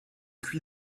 cuit